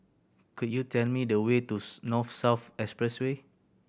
could you tell me the way to North South Expressway